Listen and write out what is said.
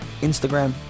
Instagram